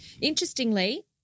Interestingly